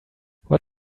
what